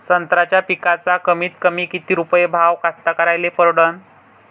संत्र्याचा पिकाचा कमीतकमी किती रुपये भाव कास्तकाराइले परवडन?